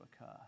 occur